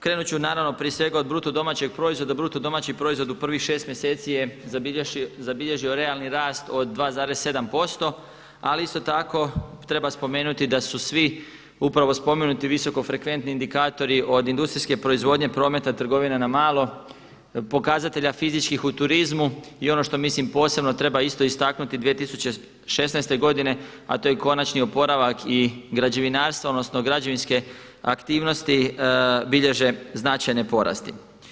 Krenut ću naravno prije svega od BDP-a, BDP u prvih šest mjeseci je zabilježio realni rast od 2,7%, ali isto tako treba spomenuti da su svi upravo spomenuti visokofrekventni indikatori od industrijske proizvodnje, prometa, trgovine na malo, pokazatelja fizičkih u turizmu i ono što mislim posebno treba isto istaknuti 2016. godine, a to je konačni oporavak i građevinarstva odnosno građevinske aktivnosti bilježe značajne porasti.